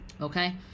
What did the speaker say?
Okay